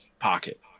pocket